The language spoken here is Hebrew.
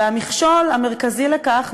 והמכשול המרכזי לכך,